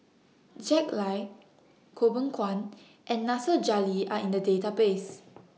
Jack Lai Goh Beng Kwan and Nasir Jalil Are in The Database